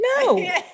No